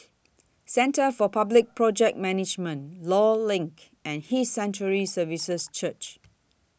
Centre For Public Project Management law LINK and His Sanctuary Services Church